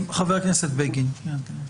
חבר הכנסת בגין, בבקשה.